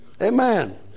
Amen